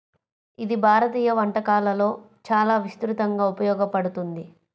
ఇది భారతీయ వంటకాలలో చాలా విస్తృతంగా ఉపయోగించబడుతుంది